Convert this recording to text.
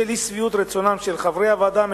בשל אי-שביעות רצונם של חברי הוועדה המשותפת,